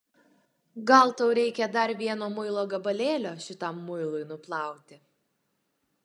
gal tau reikia dar vieno muilo gabalėlio šitam muilui nuplauti